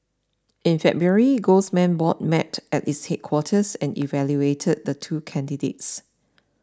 in February golds man board met at its headquarters and evaluated the two candidates